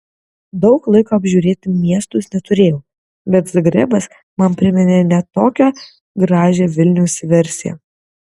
daug laiko apžiūrėti miestus neturėjau bet zagrebas man priminė ne tokią gražią vilniaus versiją